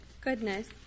Goodness